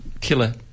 killer